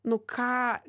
nu ką